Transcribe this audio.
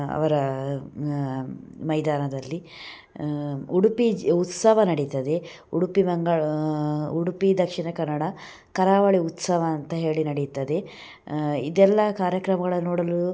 ಅವರ ಮೈದಾನದಲ್ಲಿ ಉಡುಪಿ ಜಿ ಉತ್ಸವ ನಡಿತದೆ ಉಡುಪಿ ಮಂಗಳ ಉಡುಪಿ ದಕ್ಷಿಣ ಕನ್ನಡ ಕರಾವಳಿ ಉತ್ಸವ ಅಂತ ಹೇಳಿ ನಡಿತದೆ ಇದೆಲ್ಲ ಕಾರ್ಯಕ್ರಮಗಳು ನೋಡಲು